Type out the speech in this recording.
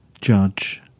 judge